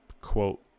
quote